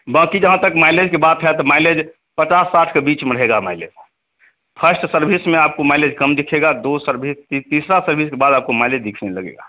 बाक़ी जहाँ तक माइलेज की बात तो माइलेज पचास साठ के बीच में रहेगा माइलेज फर्स्ट सर्विस में आपको माइलेज कम दिखेगा दो सर्भी तीसरी सर्विस के बाद आपको माइलेज दिखने लगेगा